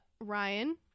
Ryan